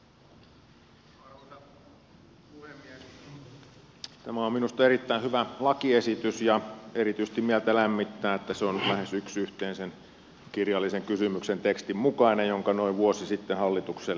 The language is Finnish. tämä on minusta erittäin hyvä lakiesitys ja erityisesti mieltä lämmittää että se on lähes yksi yhteen sen kirjallisen kysymyksen tekstin mukainen jonka noin vuosi sitten hallitukselle tein